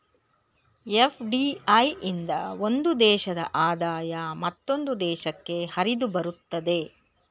FDI ಇಂದ ಒಂದು ದೇಶದ ಆದಾಯ ಮತ್ತೊಂದು ದೇಶಕ್ಕೆ ಹರಿದುಬರುತ್ತದೆ